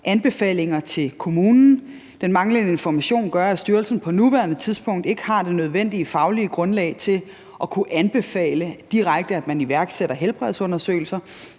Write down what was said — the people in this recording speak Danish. anbefalinger til kommunen. Den manglende information gør, at styrelsen på nuværende tidspunkt ikke har det nødvendige faglige grundlag til at kunne anbefale direkte, at man iværksætter helbredsundersøgelser,